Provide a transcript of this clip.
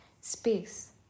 space